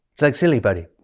it's like silly putty.